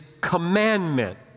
commandment